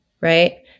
right